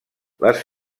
les